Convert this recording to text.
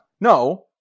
No